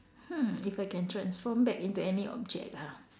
hmm if I can transform back into any object ah